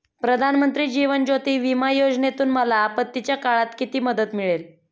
प्रधानमंत्री जीवन ज्योती विमा योजनेतून मला आपत्तीच्या काळात किती मदत मिळेल?